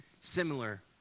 similar